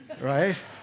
Right